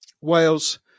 Wales